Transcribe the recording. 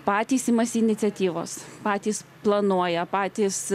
patys imasi iniciatyvos patys planuoja patys